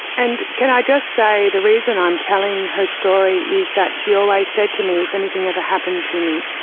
and can i just say, the reason i'm telling her story is that she always said to me if anything ever happened to me,